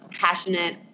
passionate